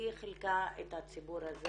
היא חילקה את הציבור הזה